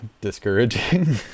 discouraging